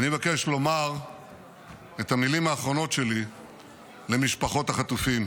אבל אני מבקש לומר את המילים האחרונות שלי למשפחות החטופים.